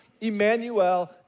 Emmanuel